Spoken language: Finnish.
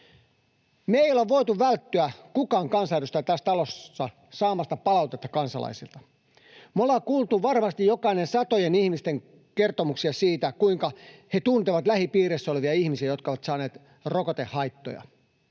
Me emme ole voineet välttyä — ei kukaan kansanedustaja tässä talossa — saamasta palautetta kansalaisilta. Me olemme kuulleet varmasti jokainen satojen ihmisten kertomuksia siitä, kuinka he tuntevat lähipiirissä olevia ihmisiä, jotka ovat saaneet rokotehaittoja.